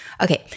Okay